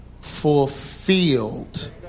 fulfilled